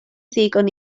ddigon